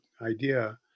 idea